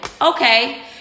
Okay